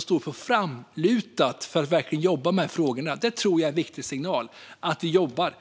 står framåtlutad för att verkligen jobba med frågorna. Det tror jag är en viktig signal - att vi jobbar.